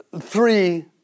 three